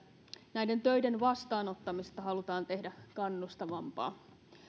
näiden töiden vastaanottamisesta halutaan tehdä kannustavampaa